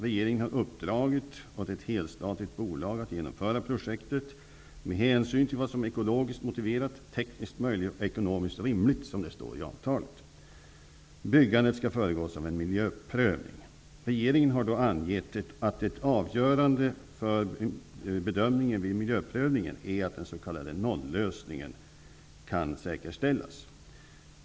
Regeringen har uppdragit åt ett helstatligt bolag att genomföra projektet med hänsyn till vad som är ekologiskt motiverat, tekniskt möjligt och ekonomiskt rimligt, som det står i avtalet. Byggandet skall föregås av en miljöprövning. Regeringen har då angett att ett avgörande för bedömningen vid miljöprövningen är att den s.k. nollösningen kan säkerställas.